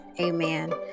amen